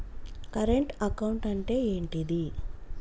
Current account అంటే ఏంటిది?